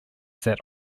that